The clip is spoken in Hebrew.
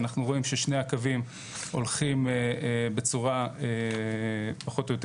אנחנו רואים ששני הקווים הולכים בצורה פחות או יותר